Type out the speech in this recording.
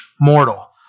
mortal